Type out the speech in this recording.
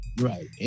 right